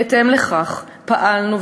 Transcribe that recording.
בהתאם לכך פעלנו,